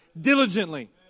diligently